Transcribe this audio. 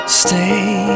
stay